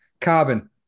Carbon